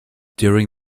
during